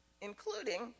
including